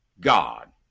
God